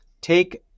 take